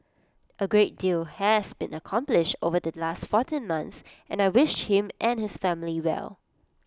A great deal has been accomplished over the last fourteen months and I wish him and his family well